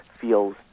feels